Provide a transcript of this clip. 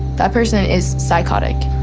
that person is psychotic.